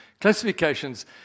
Classifications